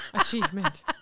Achievement